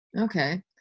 Okay